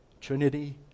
Trinity